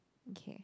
okay